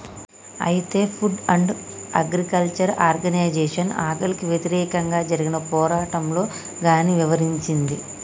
అయితే Food and Agriculture Organization ఆకలికి వ్యతిరేకంగా జరిగిన పోరాటంలో గాన్ని ఇవరించింది